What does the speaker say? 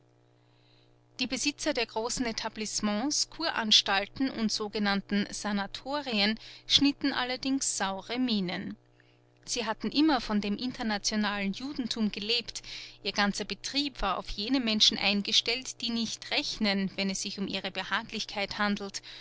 die besitzer der großen etablissements kuranstalten und sogenannten sanatorien schnitten allerdings sauere mienen sie hatten immer von dem internationalen judentum gelebt ihr ganzer betrieb war auf jene menschen eingestellt die nicht rechnen wenn es sich um ihre behaglichkeit handelt